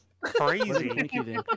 Crazy